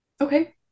Okay